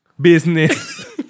business